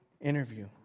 interview